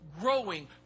growing